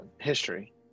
history